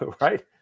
right